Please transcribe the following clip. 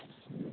hello